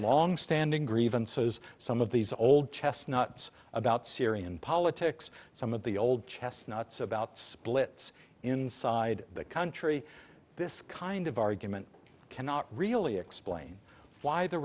longstanding grievances some of these old chestnut about syrian politics some of the old chesnuts about splits inside the country this kind of argument cannot really explain why the